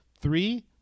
Three